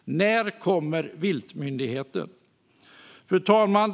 När kommer viltmyndigheten? Fru talman!